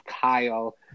Kyle